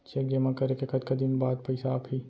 Cheque जेमा करें के कतका दिन बाद पइसा आप ही?